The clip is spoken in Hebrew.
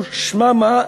או שמא מה?